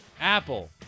Apple